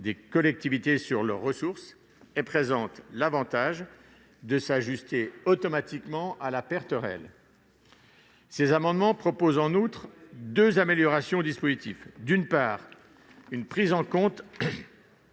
collectivités sur leurs ressources, et présenterait l'avantage de s'ajuster automatiquement à la perte réelle. Ces amendements contiennent deux améliorations du dispositif : d'une part, la prise en compte